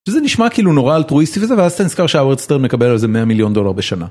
וזה נשמע כאילו נורא אלטרואיסטי וזה ואז אתה נזכר שהולדסטר מקבל על זה 100 מיליון דולר בשנה.